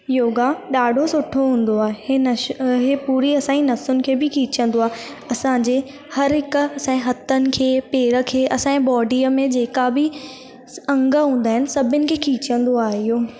योगा ॾाढो सुठो हूंदो आहे हिन अ हे पूरी असांयी नसून खे बि खिचंदो आहे असांजे हर हिक असांजे हथनि खे पेर खे असांजे बोडीअ में जेका बि अंग हूंदा आहिनि सभिनि खे खीचंदो आहे इहो